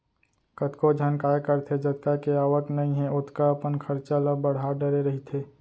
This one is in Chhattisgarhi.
कतको झन काय करथे जतका के आवक नइ हे ओतका अपन खरचा ल बड़हा डरे रहिथे